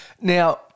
Now